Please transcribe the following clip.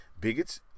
bigots